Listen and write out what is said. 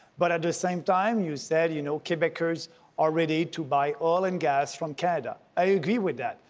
but at the same time, you said, you know, quebecers are ready to buy oil and gas from canada. i agree with that.